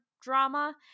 drama